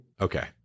Okay